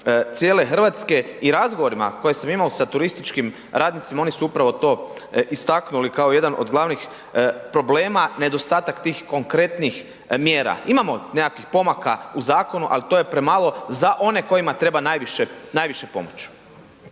cijele RH i razgovorima koje sam imao sa turističkim radnicima, oni su upravo to istaknuli kao jedan od glavnih problema, nedostatak tih konkretnih mjera. Imamo nekakvih pomaka u zakonu, ali to je premalo za one kojima treba najviše pomoć.